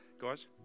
guys